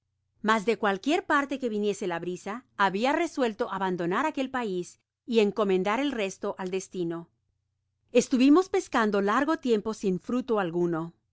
mas de cualquier parte qüe viniese la brisa habia resuelto abandonar aquel pais y encomendar el resto al destino estuvimos pescando largo tiempo sin fruto alguno